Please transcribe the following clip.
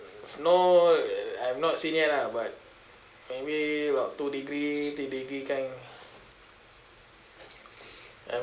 snow I've not seen yet lah but maybe about two degree three degree kind I've